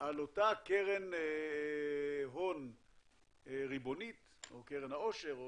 על אותה קרן הון ריבונית, או קרן העושר,